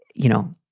you know,